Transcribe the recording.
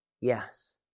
Yes